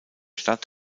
stadt